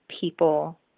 people